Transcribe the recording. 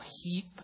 heap